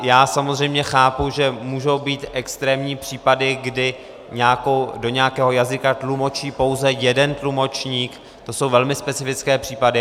Já samozřejmě chápu, že můžou být extrémní případy, kdy do nějakého jazyka tlumočí pouze jeden tlumočník, to jsou velmi specifické případy.